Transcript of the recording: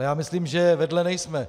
Ale já myslím, že vedle nejsme.